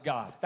God